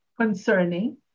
concerning